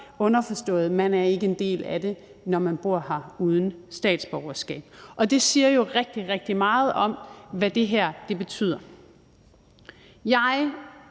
underforstået, at man ikke er en del af det, når man bor her uden statsborgerskab. Det siger jo rigtig, rigtig meget om, hvad det her betyder. Jeg